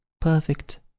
perfect